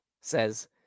says